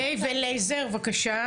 אליעזר, בבקשה.